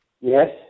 Yes